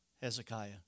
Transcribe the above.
Hezekiah